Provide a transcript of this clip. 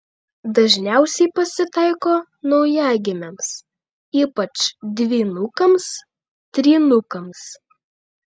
dažniausiai pasitaiko naujagimiams ypač dvynukams trynukams